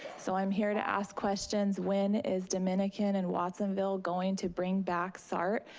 so i'm here to ask questions, when is dominican and watsonville going to bring back sart,